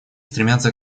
стремятся